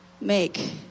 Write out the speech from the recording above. make